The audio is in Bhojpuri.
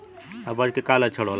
अपच के का लक्षण होला?